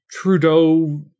trudeau